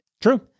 True